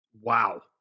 Wow